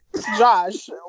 Josh